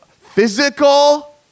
physical